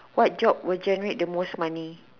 what job would generate the most money